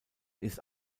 ist